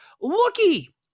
looky